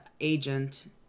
agent